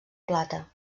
plata